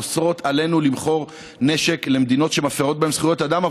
אוסרים עלינו למכור נשק למדינות שמפירות זכויות אדם.